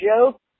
joke